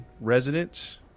residents